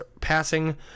passing